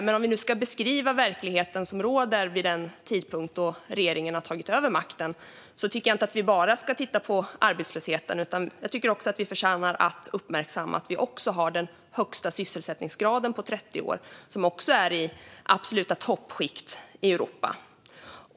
Men om vi nu ska beskriva verkligheten som råder vid den tidpunkt då regeringen har tagit över makten tycker jag inte att vi bara ska titta på arbetslösheten. Jag tycker också att det förtjänar att uppmärksammas att vi har den högsta sysselsättningsgraden på 30 år och som också är i det absoluta toppskiktet i Europa.